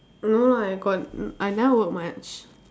no ah I got n~ I never work much